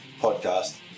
podcast